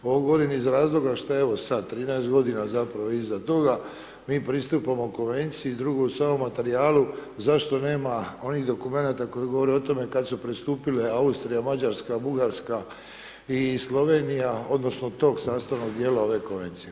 Ovo govorim iz razloga što evo sad, 13 godina zapravo iza toga mi pristupamo konvenciji, drugo .../nerazumljivo/... materijalu, zašto nema onih dokumenata koji govore o tome kad su pristupile Austrija, Mađarska, Bugarska i Slovenija, odnosno tog sastavnog dijela ove konvencije.